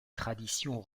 tradition